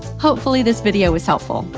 hopefully this video was helpful.